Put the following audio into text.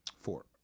Four